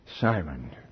Simon